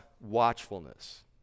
watchfulness